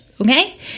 Okay